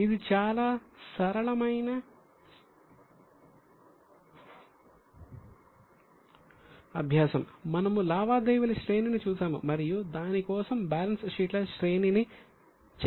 ఇది చాలా సరళమైన అభ్యాసం మనము లావాదేవీల శ్రేణిని చూశాము మరియు దాని కోసం బ్యాలెన్స్ షీట్ల శ్రేణిని చేసాము